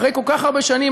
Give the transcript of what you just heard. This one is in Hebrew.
אחרי כל כך הרבה שנים,